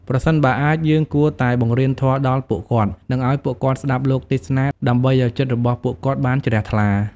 ប្រសិនបើអាច យើងគួរតែបង្រៀនធម៌ដល់ពួកគាត់ និងឲ្យពួកគាត់ស្តាប់លោកទេសនា ដើម្បីឲ្យចិត្តរបស់ពួកគាត់បានជ្រះថ្លា។